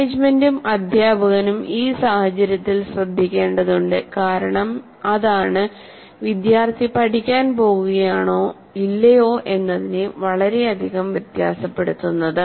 മാനേജുമെന്റും അധ്യാപകനും ഈ സാഹചര്യത്തിൽ ശ്രദ്ധിക്കേണ്ടതുണ്ട് കാരണം അതാണ് വിദ്യാർത്ഥി പഠിക്കാൻ പോകുകയാണോ ഇല്ലയോ എന്നതിനെ വളരെയധികം വ്യത്യാസപ്പെടുത്തുന്നത്